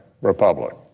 republic